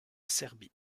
serbie